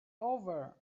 over